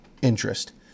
Interest